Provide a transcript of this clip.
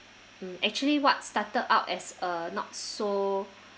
mm actually what started out as a not so